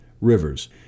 Rivers